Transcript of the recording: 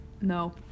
no